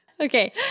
Okay